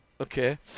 Okay